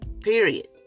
period